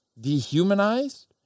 dehumanized